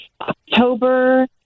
October